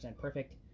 perfect